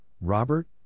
Robert